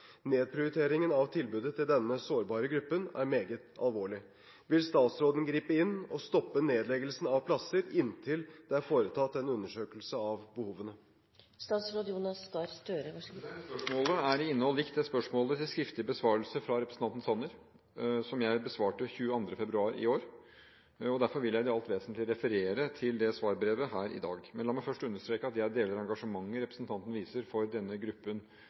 Nedprioriteringen av tilbudet til denne sårbare gruppen er meget alvorlig. Vil statsråden gripe inn og stoppe nedleggelsen av plasser inntil det er foretatt en undersøkelse om behovene?» Spørsmålet er i innhold likt det spørsmålet til skriftlig besvarelse fra representanten Sanner, som jeg besvarte 22. februar i år. Derfor vil jeg i alt vesentlig referere til det svarbrevet her i dag. Men la meg først understreke at jeg deler det engasjementet som representanten viser for denne gruppen